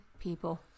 people